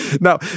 Now